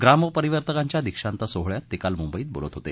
ग्रामपरिवर्तकांच्या दीक्षांत सोहळ्यात ते काल मुंबईत बोलत होते